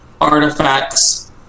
artifacts